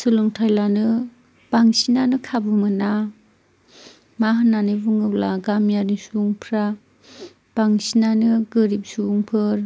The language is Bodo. सोलोंथाय लानो बांसिनानो खाबु मोना मा होननानै बुङोब्ला गामियारि सुबुंफ्रा बांसिनानो गोरिब सुबुंफोर